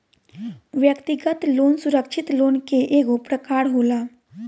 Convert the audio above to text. व्यक्तिगत लोन सुरक्षित लोन के एगो प्रकार होला